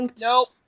Nope